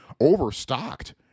overstocked